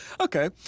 Okay